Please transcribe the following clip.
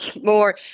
more